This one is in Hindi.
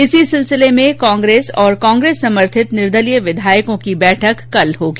इसी सिलसिले में कोंग्रेस और कांग्रेस समर्थित निर्दलीय विधायकों की बैठक कल होगी